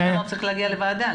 תקנות צריכות להגיע לוועדה.